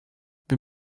wir